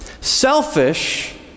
selfish